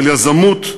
של יזמות,